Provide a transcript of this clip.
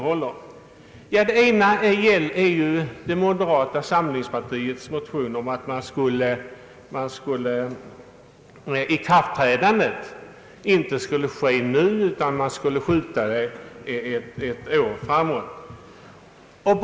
Moderata samlingspartiets motion innebär att ikraftträdandet av den nya organisationen skall skjutas ett år framåt i tiden.